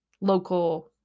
local